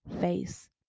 face